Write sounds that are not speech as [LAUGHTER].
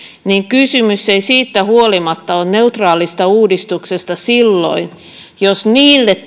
niin kysymys ei siitä huolimatta ole neutraalista uudistuksesta silloin jos niille [UNINTELLIGIBLE]